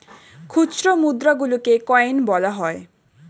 খুচরো মুদ্রা গুলোকে কয়েন বলা হয়